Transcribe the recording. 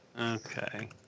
okay